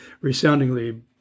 resoundingly